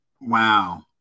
Wow